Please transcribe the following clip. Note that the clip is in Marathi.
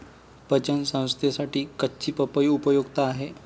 पचन संस्थेसाठी कच्ची पपई उपयुक्त आहे